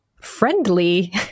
friendly